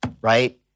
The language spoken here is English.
right